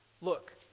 Look